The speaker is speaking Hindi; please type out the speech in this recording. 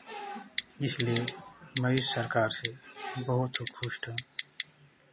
इसलिए मैं इस सरकार से बहुत ही खुश हूँ